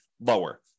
lower